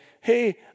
hey